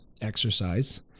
exercise